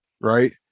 right